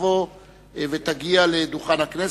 תבוא ותגיע לדוכן הכנסת,